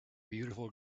beautiful